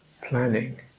planning